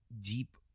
deep